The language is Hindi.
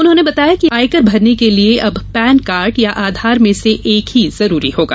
उन्होंने बताया कि आयकर भरने के लिये अब पैन कार्ड या आधार में से एक ही जरूरी होगा